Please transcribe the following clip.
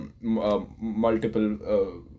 multiple